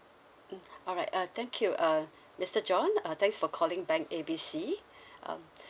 mm alright uh thank you uh mister john uh thanks for calling bank A B C um